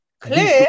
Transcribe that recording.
clear